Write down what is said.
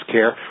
Care